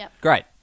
Great